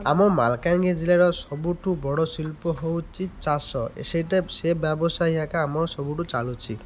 ଆମ ମାଲକାନଗିରି ଜିଲ୍ଲାର ସବୁଠୁ ବଡ଼ ଶିଳ୍ପ ହେଉଛି ଚାଷ ସେଇଟା ସେ ବ୍ୟବସାୟ ଏକ ଆମ ସବୁଠି ଚାଲୁଛି